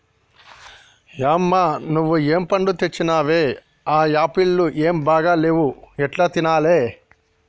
యమ్మ నువ్వు ఏం పండ్లు తెచ్చినవే ఆ యాపుళ్లు ఏం బాగా లేవు ఎట్లా తినాలే